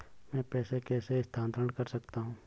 मैं पैसे कैसे स्थानांतरण कर सकता हूँ?